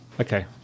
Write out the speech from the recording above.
okay